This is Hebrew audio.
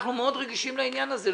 אנחנו מאוד רגישים לעניין הזה.